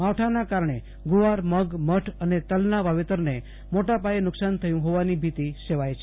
માવઠાના કારણે ગુવાર મગ મઠ અને તલના વાવેતરને મોટાપાયે નુકસાન થયું ફોવાની ભીતિ સેવાય છે